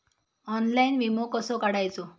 Online विमो कसो काढायचो?